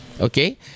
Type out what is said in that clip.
okay